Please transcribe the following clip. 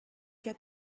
get